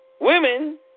women